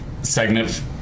segment